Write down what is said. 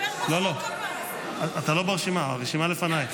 לא, לא, אתה לא ברשימה, הרשימה לפניי.